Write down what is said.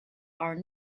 are